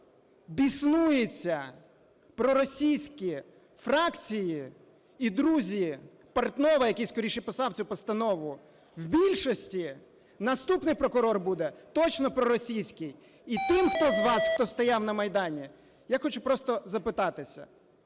як біснуються проросійські фракції і друзі Портнова, який, скоріше, писав цю постанову, і більшості – наступний прокурор буде точно проросійський. І тим вас, хто стояв на Майдані, я хочу просто запитати: